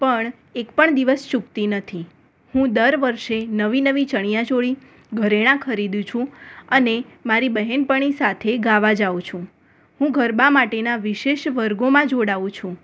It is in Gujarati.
પણ એક પણ દિવસ ચૂકતી નથી હું દર વર્ષે નવી નવી ચણિયા ચોળી ઘરેણાં ખરીદું છું અને મારી બહેનપણી સાથે ગાવા જાઉં છું હું ગરબા માટેના વિશેષ વર્ગોમાં જોડાઉ છું